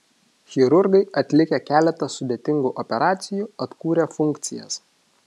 chirurgai atlikę keletą sudėtingų operacijų atkūrė funkcijas